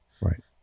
right